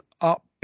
up